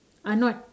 are not